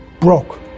broke